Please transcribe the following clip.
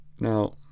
Now